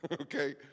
Okay